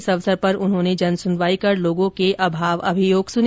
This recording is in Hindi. इस अवसर पर उन्होंने जन सुनवाई कर लोगों के अभाव अभियोग सुने